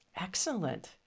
Excellent